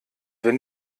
wenn